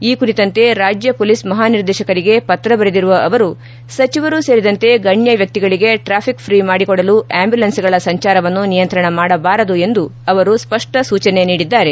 ಈ ಕುರಿತಂತೆ ರಾಜ್ಯ ಪೊಲೀಸ್ ಮಹಾನಿರ್ದೇಶಕರಿಗೆ ಪತ್ರ ಬರೆದಿರುವ ಅವರು ಸಚಿವರು ಸೇರಿದಂತೆ ಗಣ್ಣ ವ್ಯಕ್ತಿಗಳಿಗೆ ಟ್ರಾಫಿಕ್ ಫ್ರೀ ಮಾಡಿಕೊಡಲು ಆಂಬ್ಯುಲೆನ್ಸ್ಗಳ ಸಂಚಾರವನ್ನು ನಿಯಂತ್ರಣ ಮಾಡಬಾರದು ಎಂದು ಅವರು ಸ್ಪಷ್ಟ ಸೂಚನೆ ನೀಡಿದ್ದಾರೆ